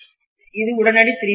இது உடனடி three phase power